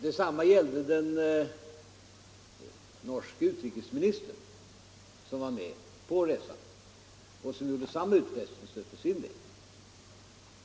Detsamma gällde den norske utrikesministern som var med på resan och som lämnade samma utfästelse för sin del.